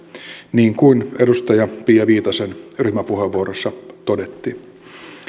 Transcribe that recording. niin kuin edustaja pia viitasen ryhmäpuheenvuorossa todettiin